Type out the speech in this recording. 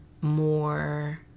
more